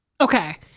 Okay